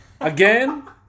Again